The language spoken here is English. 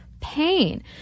pain